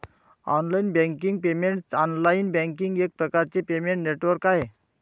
online banking payments online banking एक प्रकारचे payment network आहे